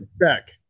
back